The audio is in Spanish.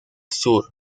sur